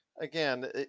Again